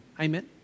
Amen